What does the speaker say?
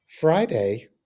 Friday